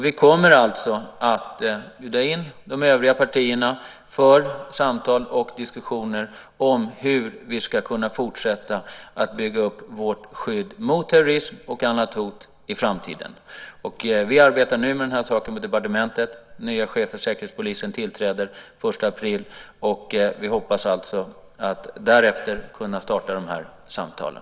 Vi kommer att bjuda in de övriga partierna för samtal och diskussioner om hur vi ska kunna fortsätta att bygga upp vårt skydd mot terrorism och andra hot i framtiden. Vi arbetar nu med den saken i departementet. Den nye chefen för Säkerhetspolisen tillträder den 1 april. Vi hoppas alltså att därefter kunna starta de här samtalen.